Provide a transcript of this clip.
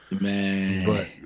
man